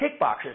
kickboxers